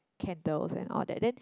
candles and all that then